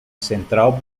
central